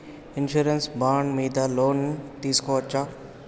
Insurance bond మీద loan తీస్కొవచ్చా?